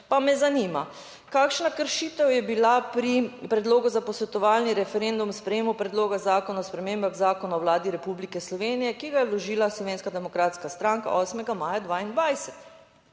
pa me zanima kakšna kršitev je bila pri predlogu za posvetovalni referendum o sprejemu Predloga zakona o spremembah Zakona o Vladi Republike Slovenije, ki ga je vložila Slovenska demokratska stranka 8. maja 2022?